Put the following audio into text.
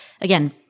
again